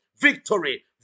Victory